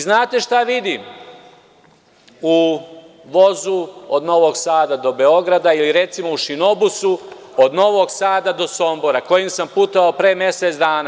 Znate šta vidim u vozu od Novog Sada do Beograda ili, recimo, u šinobusu od Novog Sada do Sombora, kojim sam putovao pre mesec dana?